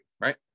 right